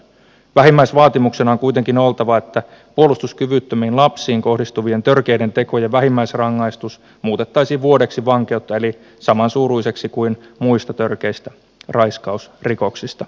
vähimmäisvaatimuksena on kuitenkin oltava että puolustuskyvyttömiin lapsiin kohdistuvien törkeiden tekojen vähimmäisrangaistus muutettaisiin vuodeksi vankeutta eli saman suuruiseksi kuin muista törkeistä raiskausrikoksista